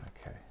Okay